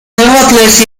nevertheless